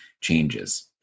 changes